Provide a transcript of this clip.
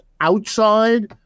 outside